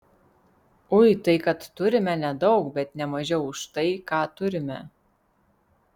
ui tai kad turime nedaug bet ne mažiau už tai ką turime